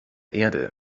erde